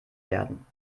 werden